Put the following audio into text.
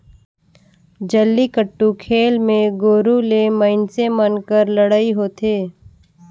जल्लीकट्टू खेल मे गोरू ले मइनसे मन कर लड़ई होथे